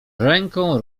ręką